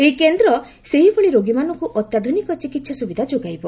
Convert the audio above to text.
ଏହି କେନ୍ଦ୍ର ସେହିଭଳି ରୋଗୀମାନଙ୍କୁ ଅତ୍ୟାଧୁନିକ ଚିକିତ୍ସା ସୁବିଧା ଯୋଗାଇବ